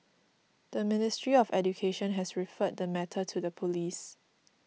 the Ministry of Education has referred the matter to the police